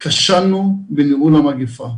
בגדול כשלנו בניהול המגפה.